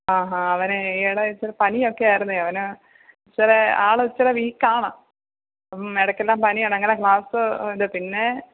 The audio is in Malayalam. അ ഹ അവനെ ഈയിടെ ഇച്ചിരെ പനിയൊക്കെയായിരുന്നേ അവന് ഇച്ചിരെ ആൾ ഇച്ചിരെ വീക്ക് ആണ് ഇടയ്ക്കെല്ലാം പനിയാണ് അങ്ങനെ ക്ലാസ്സ് ഇത് പിന്നെ